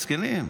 מסכנים,